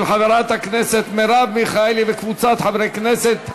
של חברת הכנסת מרב מיכאלי וקבוצת חברי הכנסת,